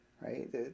right